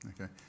Okay